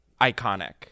iconic